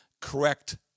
correct